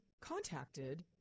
contacted